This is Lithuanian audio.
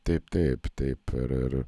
taip taip taip ir ir